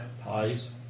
Pies